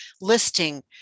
listing